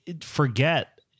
forget